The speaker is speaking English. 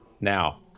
now